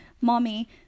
mommy